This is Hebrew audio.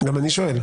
גם אני שואל.